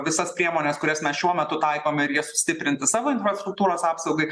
visas priemones kurias mes šiuo metu taikom ir jas sustiprinti savo infrastruktūros apsaugai